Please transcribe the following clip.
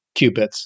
qubits